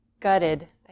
gutted